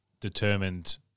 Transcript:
determined